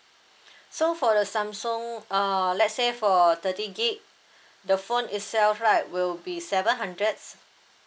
so for the Samsung uh let say for thirty gigabyte the phone itself right will be seven hundreds